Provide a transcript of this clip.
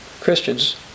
Christians